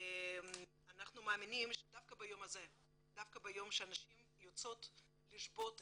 אנחנו מאמינים שדווקא ביום הזה שנשים יוצאות לשבות,